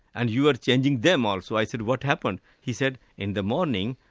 and you are changing them, also. i said, what happened? he said, in the morning,